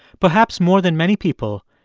perhaps more than many people,